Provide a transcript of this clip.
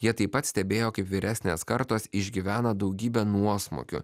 jie taip pat stebėjo kaip vyresnės kartos išgyvena daugybę nuosmukių